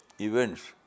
Events